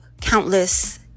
countless